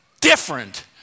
different